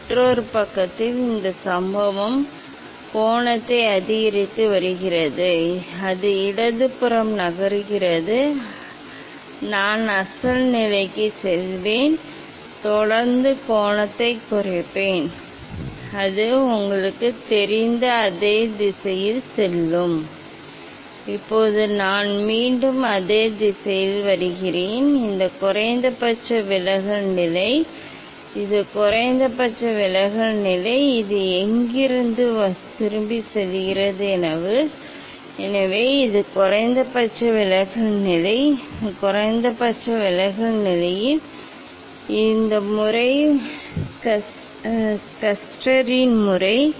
நான் இப்போது சம்பவ கோணத்தை அதிகரித்து வருகிறேன் எனவே அது இடதுபுறம் நகர்கிறது நான் அசல் நிலைக்குச் செல்வேன் தொடர்ந்து கோணத்தைக் குறைப்பேன் அது உங்களுக்குத் தெரிந்த அதே திசையில் செல்லும் இப்போது நான் மீண்டும் அதே திசையில் வருகிறேன் இது குறைந்தபட்ச விலகல் நிலை இது குறைந்தபட்ச விலகல் நிலை இது எங்கிருந்து திரும்பிச் செல்கிறது எனவே இது குறைந்தபட்ச விலகல் நிலை இந்த குறைந்தபட்ச விலகல் நிலையில் இந்த முறை ஸ்கஸ்டரின் முறை இந்த வெர்டெக்ஸ் இந்த ப்ரிஸின் உச்சம் அடிவாரத்தின் எதிரெதிர் விளிம்பில் இருக்கும்போது நீங்கள் எப்போது நகர்த்துவீர்கள் என்று சரிபார்க்கிறேன் அது அங்கே இருக்கிறதா என்று சரிபார்க்கிறேன் எனவே அது நன்றாக இருக்கிறது